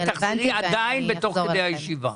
תבדקי ותחזרי תוך כדי הישיבה.